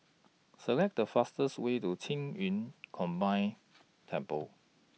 Select The fastest Way to Qing Yun Combined Temple